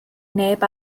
neb